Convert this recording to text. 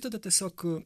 tada tiesiog